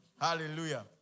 Hallelujah